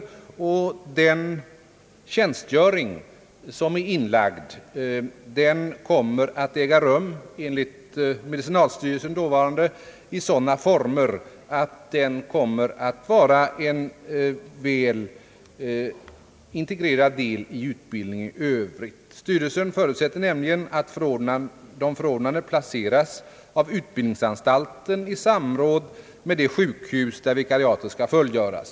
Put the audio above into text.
Den tjänstgöring som är inlagd kommer enligt dåvarande medicinalstyrelsen att äga rum i sådana former att den kommer att vara en väl integrerad del av utbildningen i övrigt. Styrelsen förutsätter nämligen att de förordnade placeras av utbildningsanstalten i samråd med det sjukhus där vikariatet skall göras.